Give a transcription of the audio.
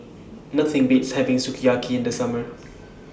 Nothing Beats having Sukiyaki in The Summer